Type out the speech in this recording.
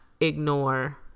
ignore